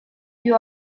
più